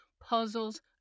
Puzzles